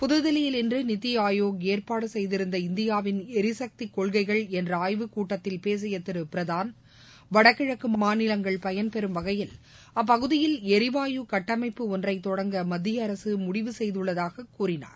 புதுதில்லியில் இன்றுநித்திஆயோக் ஏற்பாடுசெய்திருந்த இந்தியாவின் எரிசக்திகொள்கைகள் என்றஆய்வுக்கூட்டத்தில் பேசியதிருபிரதான் வடகிழக்குமாநிலங்கள் பயன்பெறும் வகையில் அப்பகுதியில் எரிவாயு கட்டமைப்பு ஒன்றைதொடங்க மத்தியஅரசுமுடிவு செய்துள்ளதாககூறினார்